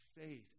faith